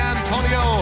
Antonio